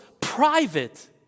private